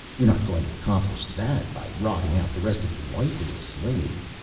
you're not going to accomplish that by rotting out the rest of your life as a slave.